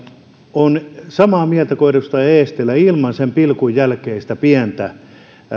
olen samaa mieltä kuin edustaja eestilä ilman sitä pilkun jälkeistä pientä